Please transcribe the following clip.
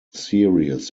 serious